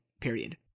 period